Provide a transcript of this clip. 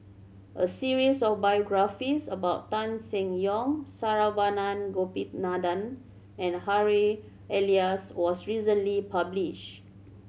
a series of biographies about Tan Seng Yong Saravanan Gopinathan and Harry Elias was recently published